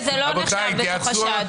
וזה לא נחשב בתוך השעתיים.